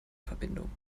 verbindung